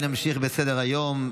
נמשיך בסדר-היום,